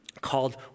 called